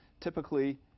typically